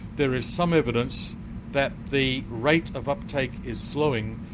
there is some evidence that the rate of uptake is slowing,